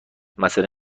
مثلا